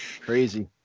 Crazy